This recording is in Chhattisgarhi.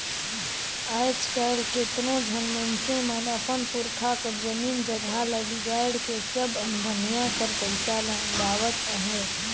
आएज काएल केतनो झन मइनसे मन अपन पुरखा कर जमीन जगहा ल बिगाएड़ के सब अनभनिया कर पइसा ल उड़ावत अहें